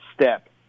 step